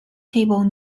table